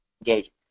engaging